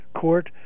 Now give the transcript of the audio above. court